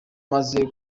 maze